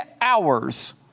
hours